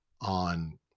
on